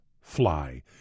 fly